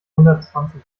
hundertzwanzig